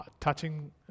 touching